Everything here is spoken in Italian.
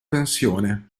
pensione